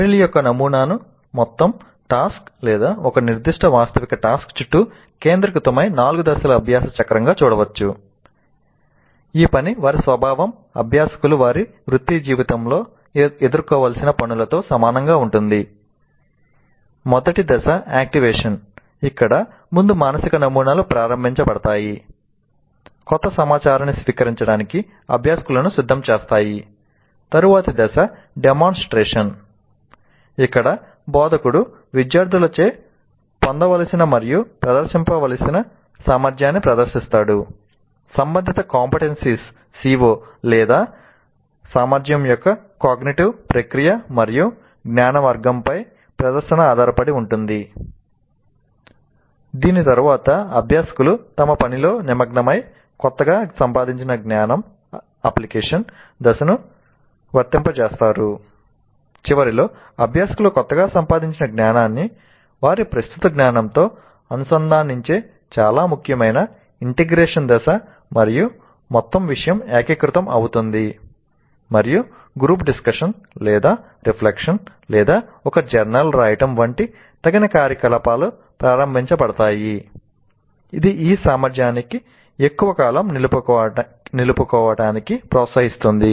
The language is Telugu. మెర్రిల్ దశ మరియు మొత్తం విషయం ఏకీకృతం అవుతుంది మరియు గ్రూప్ డిస్కషన్ రిఫ్లెక్షన్ ఒక జర్నల్ రాయడం వంటి తగిన కార్యకలాపాలు ప్రారంభించబడతాయి ఇది ఈ సామర్థ్యాన్ని ఎక్కువ కాలం నిలుపుకోవటానికి ప్రోత్సహిస్తుంది